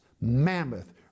mammoth